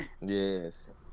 Yes